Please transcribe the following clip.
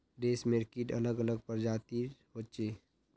रेशमेर कीट अलग अलग प्रजातिर होचे